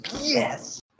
yes